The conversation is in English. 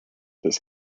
this